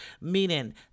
meaning